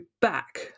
back